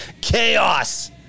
Chaos